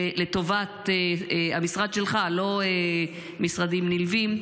לא משרדים נלווים,